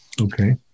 Okay